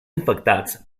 infectats